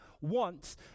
wants